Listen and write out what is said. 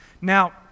Now